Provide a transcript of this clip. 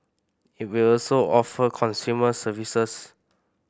it will also offer consumer services